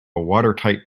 watertight